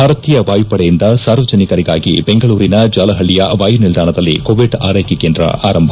ಭಾರತೀಯ ವಾಯುಪಡೆಯಿಂದ ಸಾರ್ವಜನಿಕರಿಗಾಗಿ ಬೆಂಗಳೂರಿನ ಜಾಲಹಳ್ಳಿಯ ವಾಯುನಿಲ್ದಾಣದಲ್ಲಿ ು ಕೋವಿಡ್ ಆರೈಕೆ ಕೇಂದ್ರ ಆರಂಭ